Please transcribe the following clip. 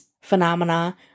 phenomena